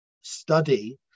study